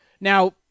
Now